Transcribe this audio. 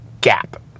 gap